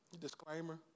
disclaimer